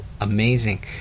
amazing